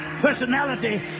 personality